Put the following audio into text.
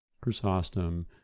Chrysostom